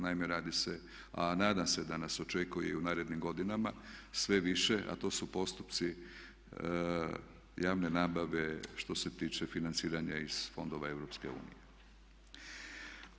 Naime, radi se, a nadam se da nas očekuje i u narednim godinama sve više a to su postupci javne nabave što se tiče financiranja iz fondova Europske unije.